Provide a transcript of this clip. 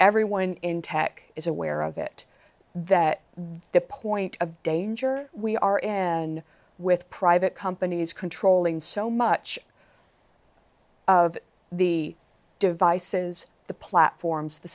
everyone in tech is aware of it that the point of danger we are in with private companies controlling so much of the devices the platforms the